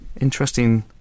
Interesting